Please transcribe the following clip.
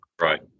Right